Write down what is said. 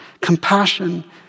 compassion